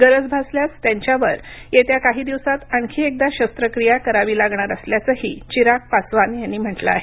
गरज भासल्यास त्यांच्यावर येत्या काही दिवसात आणखी एकदा शस्त्रक्रिया करावी लागणार असल्याचंही चिराग पासवान यांनी म्हटलं आहे